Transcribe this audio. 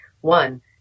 One